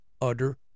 utter